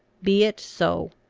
be it so.